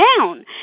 down